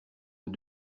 aux